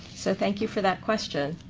so thank you for that question.